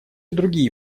другие